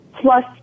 plus